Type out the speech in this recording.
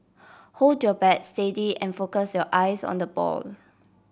hold your bat steady and focus your eyes on the ball